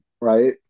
right